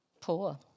poor